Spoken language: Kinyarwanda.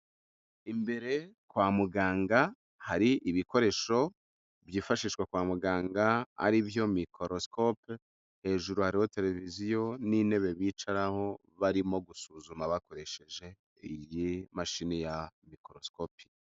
Imbere kwa muganga, hari ibikoresho byifashishwa kwa muganga ari byo mikorosikope, hejuru hariho televiziyo n'intebe bicaraho barimo gusuzuma bakoresheje iyi mashini ya mikorosikopi.